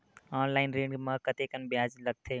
Online ऋण म कतेकन ब्याज लगथे?